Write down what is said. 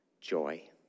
joy